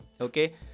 okay